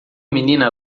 menina